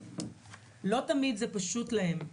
לא תמיד זה פשוט להם,